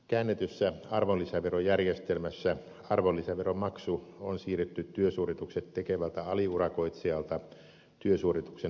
käännetyssä arvonlisäverojärjestelmässä arvonlisäveronmaksu on siirretty työsuoritukset tekevältä aliurakoitsijalta työsuorituksen vastaanottavalle pääurakoitsijalle